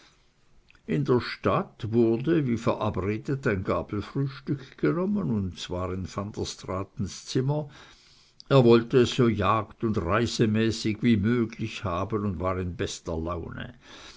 in der stadt wurde wie verabredet ein gabelfrühstück genommen und zwar in van der straatens zimmer er wollt es so jagd und reisemäßig wie möglich haben und war in bester laune